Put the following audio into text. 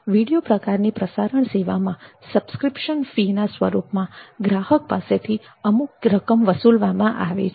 video પ્રકારની પ્રસારણ સેવામાં સબ્સ્ક્રિપ્શન ફીના સ્વરૂપમાં ગ્રાહક પાસેથી અમુક રકમ વસુલવામાં આવે છે